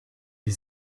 die